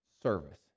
service